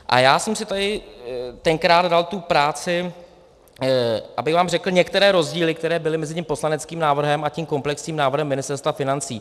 A já jsem si tady tenkrát dal tu práci, abych vám řekl některé rozdíly, které byly mezi tím poslaneckým návrhem a komplexním návrhem Ministerstva financí.